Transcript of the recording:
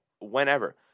whenever